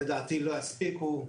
לדעתי, לא יספיקו,